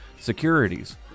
securities